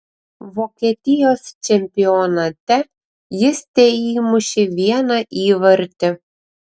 vokietijos čempionate jis teįmušė vieną įvartį